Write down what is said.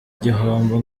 gihombo